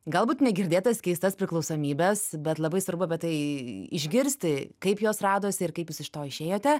galbūt negirdėtas keistas priklausomybes bet labai svarbu apie tai išgirsti kaip jos radosi ir kaip jūs iš to išėjote